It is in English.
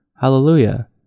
Hallelujah